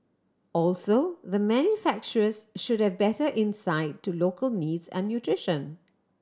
also the manufacturers should have better insight to local needs and nutrition